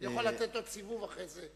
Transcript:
אני יכול לתת עוד סיבוב אחרי זה.